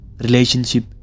relationship